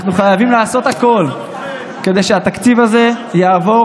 אנחנו חייבים לעשות הכול כדי שהתקציב הזה יעבור